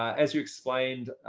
as you explained,